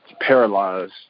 paralyzed